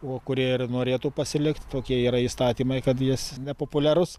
o kurie ir norėtų pasilikt tokie yra įstatymai kad jis nepopuliarus